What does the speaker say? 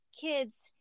kids